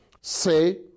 Say